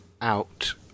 out